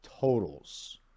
totals